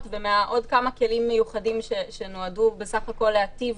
ומעוד כמה כלים מיוחדים שנועדו בסך הכול להטיב,